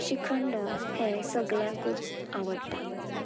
श्रीखंड हें सगल्यांकूच आवडटा